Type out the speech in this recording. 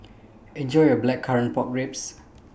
Enjoy your Blackcurrant Pork Ribs